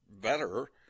better